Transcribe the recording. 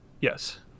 Yes